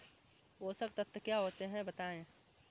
पोषक तत्व क्या होते हैं बताएँ?